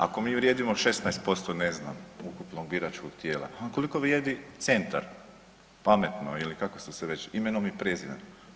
Ako mi vrijedimo 16% ne zna ukupnog biračkog tijela, koliko vrijedi Centar, Pametno ili kako ste se već, Imenom i Prezimenom?